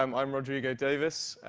um i'm rodrigo davies.